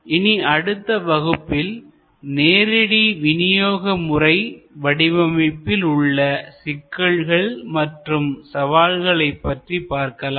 இனி அடுத்த வகுப்பில் நேரடி விநியோக முறை வடிவமைப்பில் உள்ள சிக்கல்கள் மற்றும் சவால்களைப் பற்றி பார்க்கலாம்